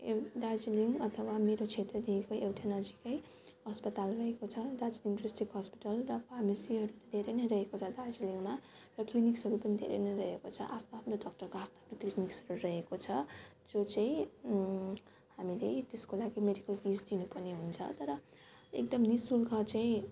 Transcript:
दार्जिलिङ अथवा मेरो क्षेत्रदेखिको एउटा नजिकै अस्पताल रहेको छ दार्जिलिङ डिस्ट्रिक्ट हस्पिटल र फार्मेसीहरू त धेरै नै रहेको छ दार्जिलिङमा र क्लिनिक्सहरू पनि धेरै नै रहेको छ आफ्नो आफ्नो डक्टरको आफ्नो आफ्नो क्लिनिक्सहरू रहेको छ जो चाहिँ हामीले त्यसको लागि मेडिकल फिस दिनुपर्ने हुन्छ तर एकदम निःशुल्क चाहिँ